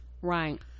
right